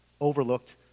overlooked